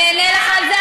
אני אענה לך על זה,